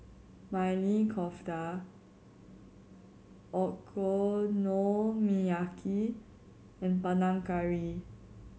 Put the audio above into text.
Maili Kofta Okonomiyaki and Panang Curry